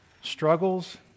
struggles